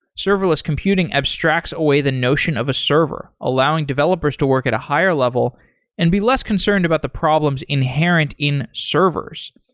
serverless computing abstracts away the notion of a server allowing developers to work at a higher level and be less concerned about the problems inherent in servers,